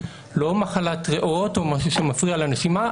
לא מחלת ראות או משהו שמפריע לנשימה.